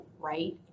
right